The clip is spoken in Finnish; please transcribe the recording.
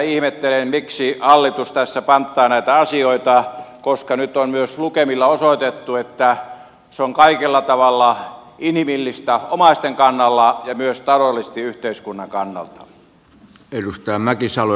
ihmettelen miksi hallitus tässä panttaa näitä asioita koska nyt on myös lukemilla osoitettu että se on kaikella tavalla inhimillistä omaisten kannalta ja myös taloudellisesti yhteiskunnan kannalta